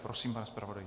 Prosím, pane zpravodaji.